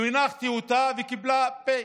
הנחתי אותה, והיא קיבלה פ',